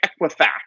equifax